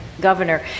governor